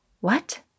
What